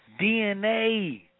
DNA